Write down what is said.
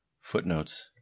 Footnotes